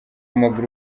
w’amaguru